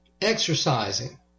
exercising